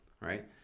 right